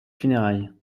funérailles